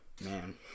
man